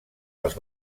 als